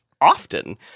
Often